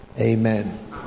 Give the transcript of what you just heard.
Amen